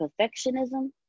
perfectionism